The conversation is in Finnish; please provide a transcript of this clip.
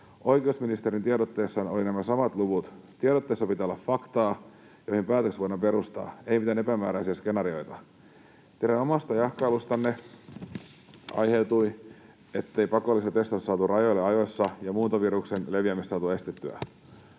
Oikeusministerin tiedotteessa olivat nämä samat luvut. Tiedotteessa pitää olla faktaa, mihin päätös voidaan perustaa, ei mitään epämääräisiä skenaarioita. Teidän omasta jahkailustanne aiheutui, ettei pakollista testausta saatu rajoille ajoissa ja muuntoviruksen leviämistä saatu estettyä.